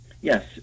Yes